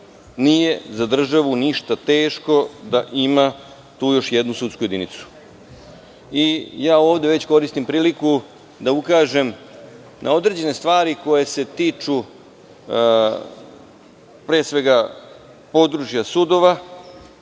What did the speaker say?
nije za držanu ništa teško da ima još jednu sudsku jedinicu. Koristim priliku da ukažem na određene stvari koje se tiču područja sudova.